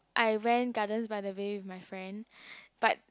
I went Gardens-by-the-Bay with my friend but